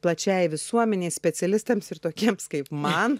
plačiai visuomenei specialistams ir tokiems kaip man